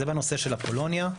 זה בנושא של אפולוניה.